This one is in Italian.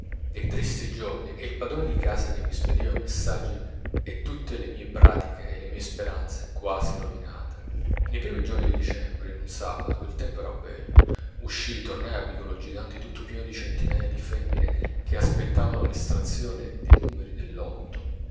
dei tristi giorni e il padrone di casa che mi spediva messaggi e tutte le mie pratiche e le mie speranze quasi rovinate nei primi di dicembre in un sabato il tempo era bello uscii tornai al vicolo giganti tutto pieno di centinaia di femmine che aspettavano l'estrazione dei numeri del lotto